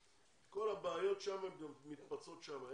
כל הבעיות שם מתקבצות שם,